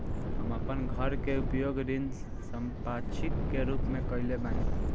हम आपन घर के उपयोग ऋण संपार्श्विक के रूप में कइले बानी